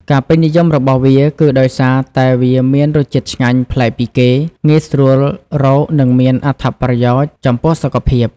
ការពេញនិយមរបស់វាគឺដោយសារតែវាមានរសជាតិឆ្ងាញ់ប្លែកពីគេ ងាយស្រួលរក និងមានអត្ថប្រយោជន៍ចំពោះសុខភាព។